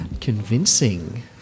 convincing